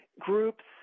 groups